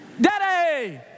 Daddy